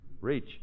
Reach